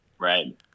Right